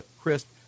crisp